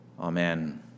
Amen